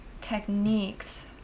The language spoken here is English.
techniques